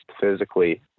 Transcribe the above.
physically